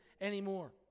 anymore